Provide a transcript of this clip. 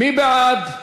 מי בעד?